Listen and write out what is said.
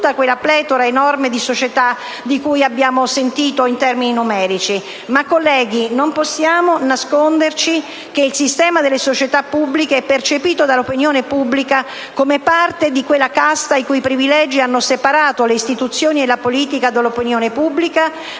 non possiamo nasconderci che il sistema delle società pubbliche è percepito dall'opinione pubblica come parte di quella casta i cui privilegi hanno separato le istituzioni e la politica dall'opinione pubblica,